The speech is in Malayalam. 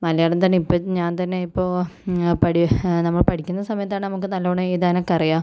മലയാളം തന്നെ ഇപ്പം ഞാൻ തന്നെ ഇപ്പോൾ പഠി നമ്മൾ പഠിക്കുന്ന സമയത്താണേ നമുക്ക് നല്ലോണം എഴുതാനൊക്കെ അറിയാം